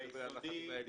אני מדבר על החטיבה העליונה.